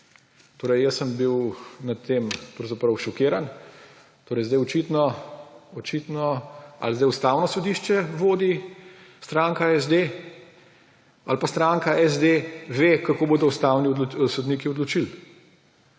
Torej jaz sem bil nad tem pravzaprav šokiran. Očitno zdaj Ustavno sodišče vodi stranka SD ali pa stranka SD ve, kako bodo ustavni sodniki odločili.